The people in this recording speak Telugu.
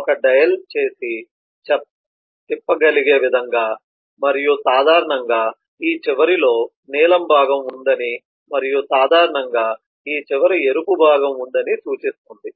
ఒక డయల్ చేసి తిప్పగలిగే విధంగా మరియు సాధారణంగా ఈ చివరలో నీలం భాగం ఉందని మరియు సాధారణంగా ఈ చివర ఎరుపు భాగం ఉందని చూపిస్తుంది